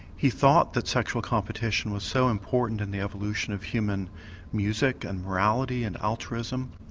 he thought that sexual competition was so important in the evolution of human music and morality and altruism.